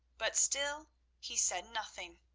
but still he said nothing.